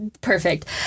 Perfect